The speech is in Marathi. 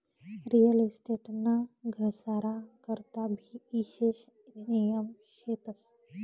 रियल इस्टेट ना घसारा करता भी ईशेष नियम शेतस